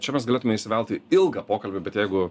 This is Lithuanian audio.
čia mes galėtume įsivelt į ilgą pokalbį bet jeigu